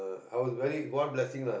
I was very god blessing lah